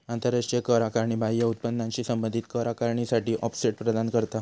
आंतराष्ट्रीय कर आकारणी बाह्य उत्पन्नाशी संबंधित कर आकारणीसाठी ऑफसेट प्रदान करता